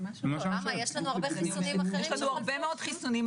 יש לנו הרבה חיסונים אחרים.